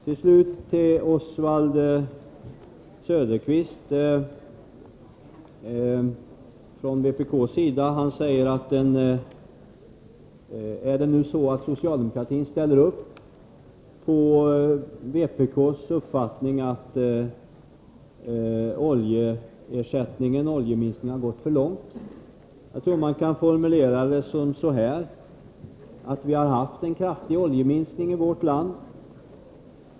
Till slut några ord till Oswald Söderqvist. Han sade att socialdemokratin nu ställer sig bakom vpk:s uppfattning att oljeminskningen har gått för långt. Jag tror man kan säga att vi har haft en kraftig oljeminskning i vårt land.